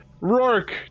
Rourke